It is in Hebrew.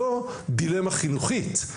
זו דילמה חינוכית,